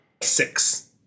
six